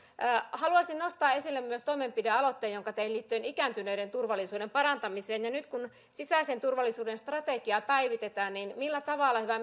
haluaisin nostaa esille myös toimenpidealoitteen jonka tein liittyen ikääntyneiden turvallisuuden parantamiseen nyt kun sisäisen turvallisuuden strategiaa päivitetään niin millä tavalla hyvä